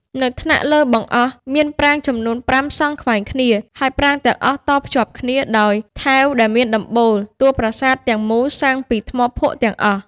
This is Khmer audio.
នៅថ្នាក់លើបង្អស់ មានប្រាង្គចំនួន៥ សង់ខ្វែងគ្នា ហើយប្រាង្គទាំងអស់តភ្ជាប់គ្នា ដោយថែវដែលមានដំបូល។ តួប្រាសាទទាំង មូលសាងពីថ្មភក់ទាំងអស់។